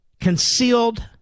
concealed